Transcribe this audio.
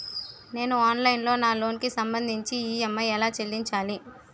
నేను ఆన్లైన్ లో నా లోన్ కి సంభందించి ఈ.ఎం.ఐ ఎలా చెల్లించాలి?